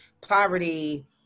poverty